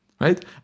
right